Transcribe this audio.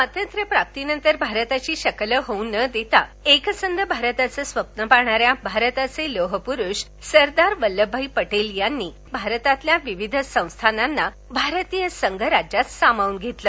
स्वातंत्र्य प्राप्तीनंतर भारताची शकल होऊ न देता एकसंध भारताचं स्वप्न पाहणाऱ्या भारताचे लोहपुरुष सरदार वल्लभभाई पटेल यांनी भारतातील विविध संस्थानं भारतीय संघराज्यात सामावून घेतली